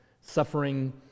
Suffering